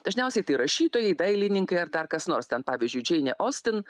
dažniausiai tai rašytojai dailininkai ar dar kas nors ten pavyzdžiui džeinė ostin